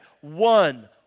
One